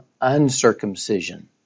uncircumcision